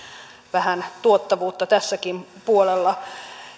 vähän tuottavuutta tälläkin puolella